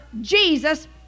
Jesus